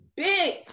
big